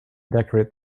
decorate